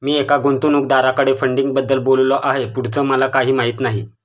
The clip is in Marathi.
मी एका गुंतवणूकदाराकडे फंडिंगबद्दल बोललो आहे, पुढचं मला काही माहित नाही